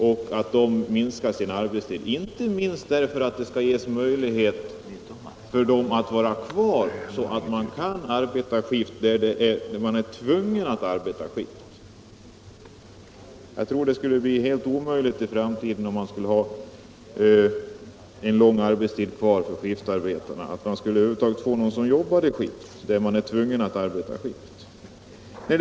Deras arbetstid måste förkortas, inte minst därför att det skall ges möjlighet för dem att vara kvar så att de kan arbeta i skift där det är nödvändigt att arbeta i skift. Jag tror att det skulle bli helt omöjligt i framtiden, om den långa arbetstiden skulle vara kvar för skiftarbetarna, att över huvud taget få någon som jobbar där man är tvungen att arbeta i skift.